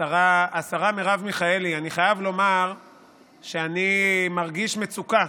השרה מרב מיכאלי, אני חייב לומר שאני מרגיש מצוקה,